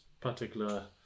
particular